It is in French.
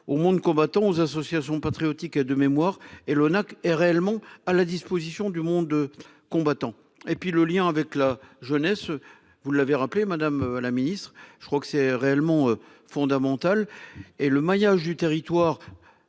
au monde combattant aux associations patriotiques et de mémoire et l'ONAC est réellement à la disposition du monde combattant et puis le lien avec la jeunesse. Vous l'avez rappelé, madame la ministre, je crois que c'est réellement fondamental et le maillage du territoire.